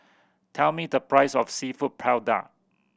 tell me the price of Seafood Paella